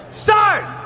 start